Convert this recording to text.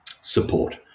support